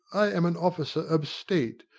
i am an officer of state,